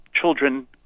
children